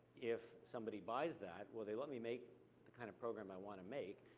if somebody buys that, will they let me make the kind of program i want to make,